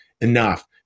enough